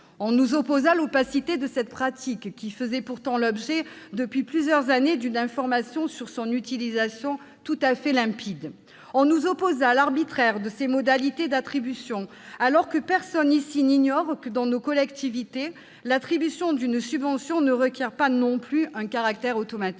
On nous opposa l'« opacité » de cette pratique, qui faisait pourtant l'objet depuis plusieurs années d'une information tout à fait limpide sur son utilisation. On nous opposa l'arbitraire de ses modalités d'attribution, alors que personne ici n'ignore que, dans nos collectivités, l'attribution d'une subvention ne présente pas non plus un caractère automatique.